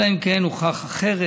אלא אם כן הוכח אחרת,